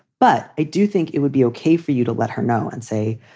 but i do think it would be okay for you to let her know and say,